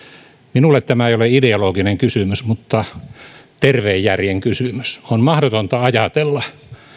minulle tämä ei ole ideologinen kysymys vaan terveen järjen kysymys on mahdotonta ajatella